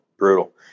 Brutal